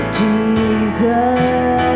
jesus